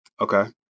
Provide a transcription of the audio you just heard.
okay